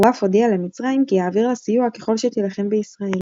הוא אף הודיע למצרים כי יעביר לה סיוע ככל שתילחם בישראל.